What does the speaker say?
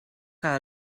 que